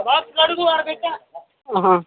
ఆహా